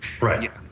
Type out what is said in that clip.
Right